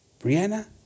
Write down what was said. Brianna